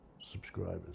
subscribers